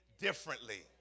differently